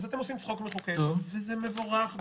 אז אתם עושים צחוק מחוקי יסוד וזה מבורך בעיני.